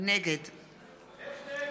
נגד איך נגד?